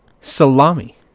salami